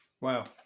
Wow